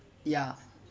ya